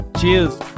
cheers